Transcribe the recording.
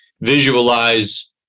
visualize